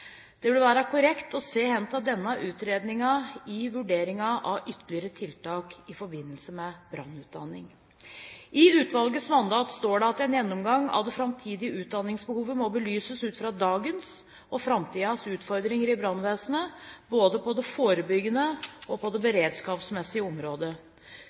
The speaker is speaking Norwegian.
Det vil være korrekt å se hen til denne utredningen i vurderingen av ytterligere tiltak i forbindelse med brannutdanning. I utvalgets mandat står det at en gjennomgang av det framtidige utdanningsbehovet må belyses ut fra dagens og framtidens utfordringer i brannvesenet, både på det forebyggende og på det beredskapsmessige området.